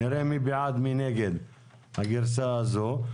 נראה מי בעד ומי נגד הגרסה הזו.